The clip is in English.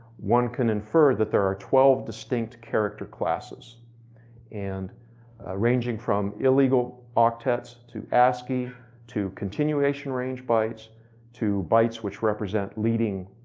one can infer that there are twelve distinct character classes and ranging from illegal octets to ascii ascii to continuation range bytes to bytes which represent leading,